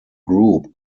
group